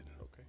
Okay